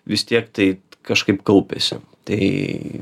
vis tiek tai kažkaip kaupiasi tai